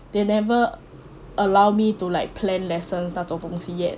they never allow me to like plan lessons 那种东西 yet